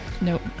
Nope